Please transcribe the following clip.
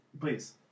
Please